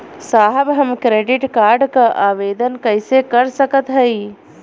साहब हम credit card क आवेदन कइसे कर सकत हई?